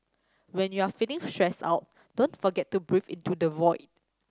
when you are feeling stressed out don't forget to breathe into the void